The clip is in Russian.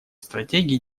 стратегий